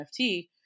NFT